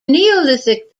neolithic